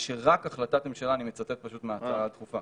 שרק החלטת ממשלה אני מצטט פשוט מההצעה הדחופה